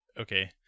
Okay